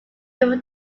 before